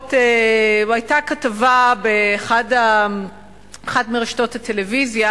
שבועות היתה כתבה באחת מרשתות הטלוויזיה